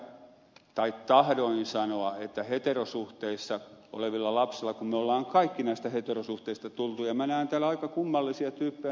sanoin tai tahdoin sanoa me olemme kaikki näistä heterosuhteista tulleet ja minä näen täällä aika kummallisia tyyppejä niin kuin ed